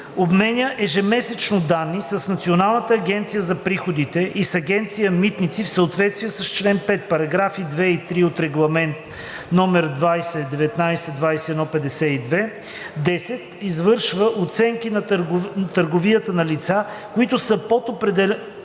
обменя ежемесечно данни с Националната агенция за приходите и с Агенция „Митници“ в съответствие с чл. 5, параграфи 2 и 3 от Регламент (ЕС) №2019/2152; 10. извършва оценки на търговията на лицата, които са под определените